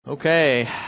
Okay